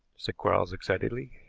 said quarks excitedly,